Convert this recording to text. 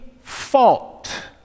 fault